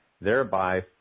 thereby